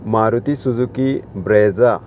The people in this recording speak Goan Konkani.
Maruti Suzuki Brezza